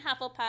hufflepuff